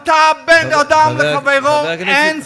אתה, על בין אדם לחברו אין סליחה.